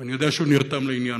ואני יודע שהוא נרתם לעניין.